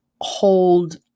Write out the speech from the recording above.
hold